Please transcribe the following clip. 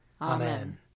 Amen